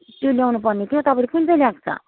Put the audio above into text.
त्यो ल्याउनुपर्ने थियो तपाईँले कुन चाहिँ ल्याएको छ